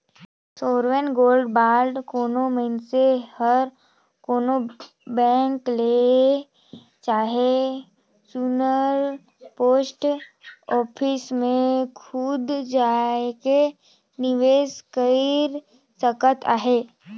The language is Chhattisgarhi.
सॉवरेन गोल्ड बांड कोनो मइनसे हर कोनो बेंक ले चहे चुनल पोस्ट ऑफिस में खुद जाएके निवेस कइर सकत अहे